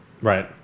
Right